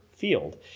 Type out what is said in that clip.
field